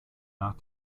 nach